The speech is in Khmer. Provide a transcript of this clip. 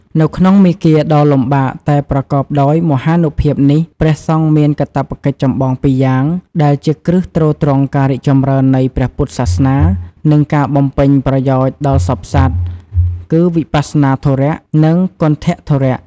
នៅក្នុងមាគ៌ាដ៏លំបាកតែប្រកបដោយមហានុភាពនេះ ព្រះសង្ឃមានកាតព្វកិច្ចចម្បងពីរយ៉ាង ដែលជាគ្រឹះទ្រទ្រង់ការរីកចម្រើននៃព្រះពុទ្ធសាសនា និងការបំពេញប្រយោជន៍ដល់សព្វសត្វ គឺ វិបស្សនាធុរៈ និង គន្ថធុរៈ។